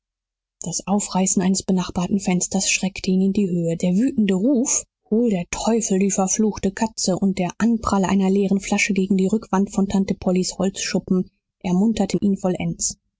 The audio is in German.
das aufreißen eines benachbarten fensters schreckte ihn in die höhe der wütende ruf hol der teufel die verfluchte katze und der anprall einer leeren flasche gegen die rückwand von tante pollys holzschuppen ermunterten ihn vollends